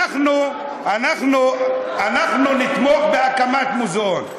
אנחנו נתמוך בהקמת מוזיאון.